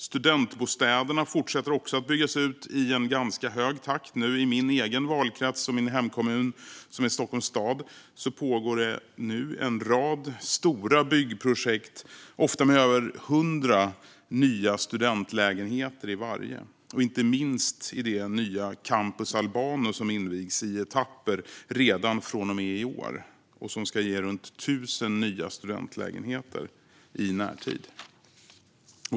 Studentbostäderna fortsätter nu också att byggas ut i en ganska hög takt. I min egen valkrets och hemkommun, Stockholms stad, pågår nu en rad stora byggprojekt, ofta med över 100 nya studentlägenheter i varje, och inte minst i det nya Campus Albano som invigs i etapper redan från och med i år och som ska ge runt 1 000 nya studentlägenheter i närtid.